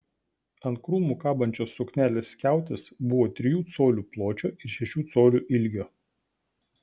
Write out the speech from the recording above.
ant krūmų kabančios suknelės skiautės buvo trijų colių pločio ir šešių colių ilgio